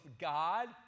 God